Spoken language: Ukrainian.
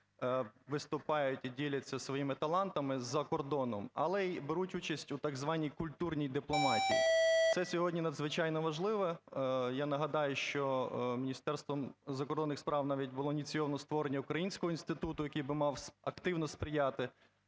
виступають і діляться своїми талантами за кордоном, але й беруть участь у так званій культурній дипломатії. Це сьогодні надзвичайно важливо. Я нагадаю, що Міністерством закордонних справ навіть було ініційовано створення Українського інституту, який би мав активно сприяти.